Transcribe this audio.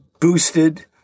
boosted